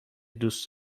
دوست